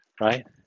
right